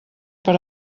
per